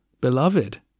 beloved